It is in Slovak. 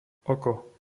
oko